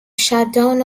shutdown